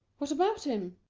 what about him?